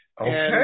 Okay